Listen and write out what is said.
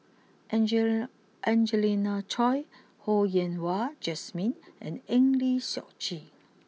Angelina Choy Ho Yen Wah Jesmine and Eng Lee Seok Chee